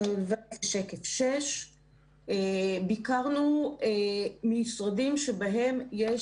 נעבור לשקף 6. ביקרנו משרדים שבהם יש